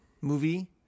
movie